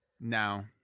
Now